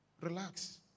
Relax